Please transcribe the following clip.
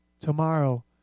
tomorrow